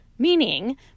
Meaning